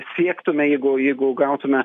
siektume jeigu jeigu gautume